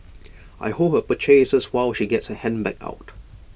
I hold her purchases while she gets her handbag out